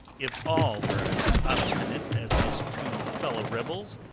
if all were as obstinate as his two fellow-rebels,